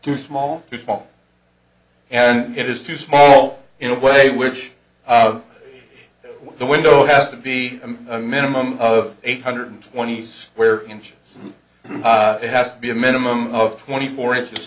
too small too small and it is too small in a way which the window has to be a minimum of eight hundred twenty square inch it has to be a minimum of twenty four inches